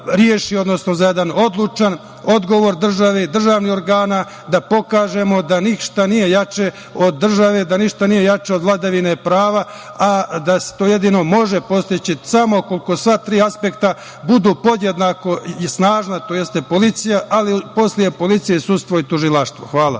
odnosno za jedan odlučan odgovor države, državnih organa, da pokažemo da ništa nije jače od države, da ništa nije jače od vladavine prava, a da se to jedino može postići samo ako sva tri aspekta budu podjednako i snažna, to jeste policija, ali posle policije, sudstvo i tužilaštvo. Hvala.